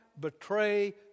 betray